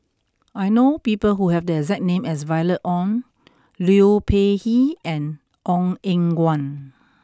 I know people who have the exact name as Violet Oon Liu Peihe and Ong Eng Guan